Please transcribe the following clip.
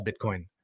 Bitcoin